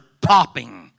popping